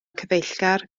cyfeillgar